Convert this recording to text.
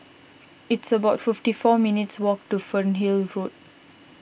it's about fifty four minutes' walk to Fernhill Road